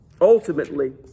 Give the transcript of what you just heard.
ultimately